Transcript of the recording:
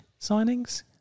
signings